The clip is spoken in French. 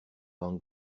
van